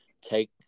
take